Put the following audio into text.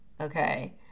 Okay